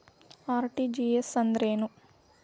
RTGS ಅಂದ್ರೇನು?